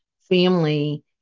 family